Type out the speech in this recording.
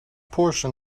portion